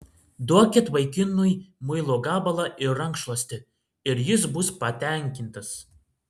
duokit vaikinui muilo gabalą ir rankšluostį ir jis bus patenkintas